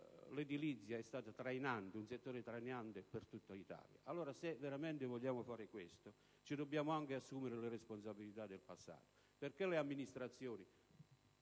l'edilizia è stato un settore trainante per tutta l'Italia. Allora, se davvero vogliamo fare questo, ci dobbiamo anche assumere le responsabilità del passato. Perché le amministrazioni